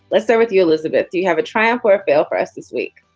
let's start with you, elizabeth do you have a triumph or fail for us this week?